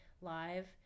live